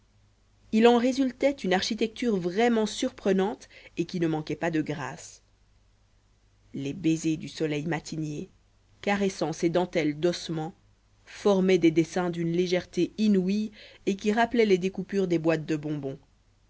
il en résultait une architecture vraiment surprenante et qui ne manquait pas de grâce les baisers du soleil marinier caressant ces dentelles d'ossements formaient des dessins d'une légèreté inouïe et qui rappelaient les découpures des boites de bonbons